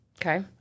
Okay